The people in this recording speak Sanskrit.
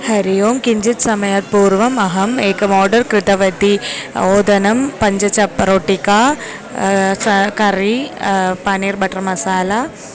हरिः ओं किञ्चिद् समयात् पूर्वम् अहम् एकम् आर्डर् कृतवती ओदनं पञ्च चप् प रोटिका सा करी पन्नीर् बटर् मसाला